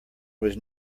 was